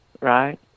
right